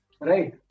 right